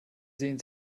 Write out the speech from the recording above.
sehen